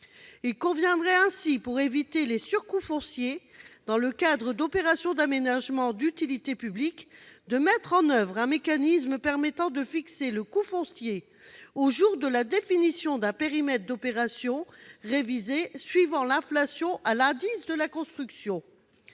ou touristique. Pour éviter les surcoûts fonciers dans le cadre d'opérations d'aménagement d'utilité publique, il convient donc de mettre en oeuvre un mécanisme permettant de fixer le coût du foncier au jour de la définition d'un périmètre d'opération révisé suivant l'inflation à l'indice de la construction.